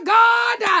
god